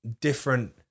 different